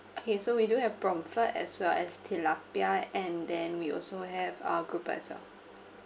okay so we do have as well as tilapia and then we also have uh grouper as well